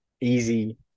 easy